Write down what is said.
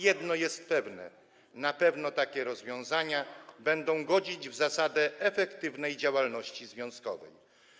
Jedno jest pewne, na pewno takie rozwiązania będą godzić w zasadę efektywnej działalności związkowej.